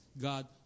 God